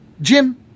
Jim